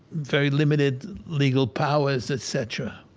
very limited legal powers, etc